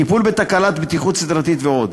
טיפול בתקלת בטיחות סדרתית ועוד.